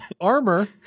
Armor